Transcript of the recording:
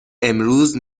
امروز